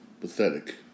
pathetic